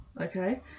okay